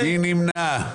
מי נמנע?